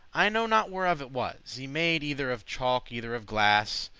i know not whereof it was y-made, either of chalk, either of glass,